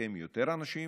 לשקם יותר אנשים,